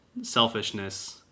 Selfishness